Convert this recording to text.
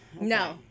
no